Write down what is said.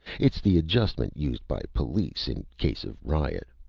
it's the adjustment used by police in case of riot.